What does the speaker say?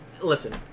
Listen